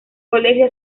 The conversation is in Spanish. colegio